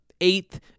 eighth